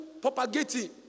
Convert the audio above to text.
propagating